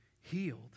healed